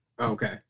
okay